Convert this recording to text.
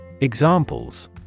Examples